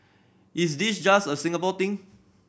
is this just a Singapore thing